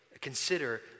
consider